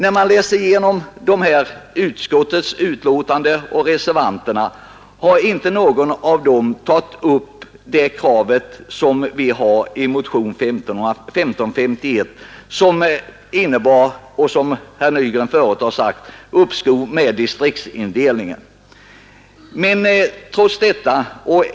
Varken utskottsmajoriteten eller reservanterna har tagit upp kravet i motionen 1551, som — det har herr Nygren redan sagt — hemställer om uppskov med indragningen av en del distrikt.